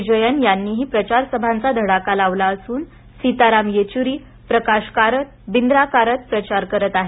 विजयन ह्यांनीही प्रचार सभांचा धडाका लावला असून सीताराम येचुरी प्रकाश कारत ब्रिंदा कारत प्रचार करत आहेत